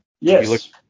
Yes